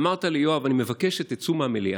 אמרת לי: יואב, אני מבקש שתצאו מהמליאה.